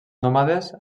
nòmades